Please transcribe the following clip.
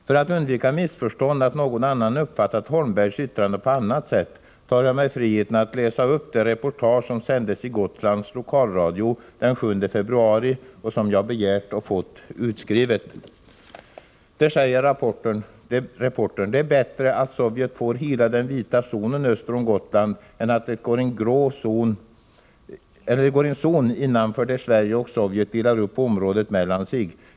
För att undvika missförstånd om att någon annan uppfattat Holmbergs yttrande på annat sätt tar jag mig friheten att läsa upp det reportage som sändes i Gotlands lokalradio den 7 februari och som jag begärt och fått utskrivet: Reportern: Det är bättre att Sovjet får hela den vita zonen öster om Gotland än att det går en zon innanför där Sverige och Sovjet delar upp området mellan sig.